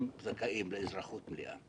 הם זכאים לאזרחות מלאה.